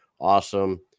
Awesome